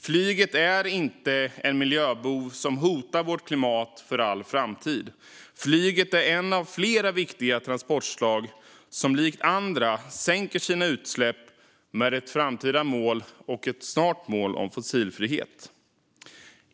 Flyget är ingen miljöbov som hotar vårt klimat för all framtid, utan flyget är ett av flera viktiga transportslag som likt andra sänker sina utsläpp med ett framtida och snart mål om fossilfrihet.